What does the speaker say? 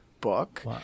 book